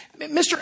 Mr